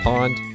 Pond